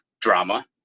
drama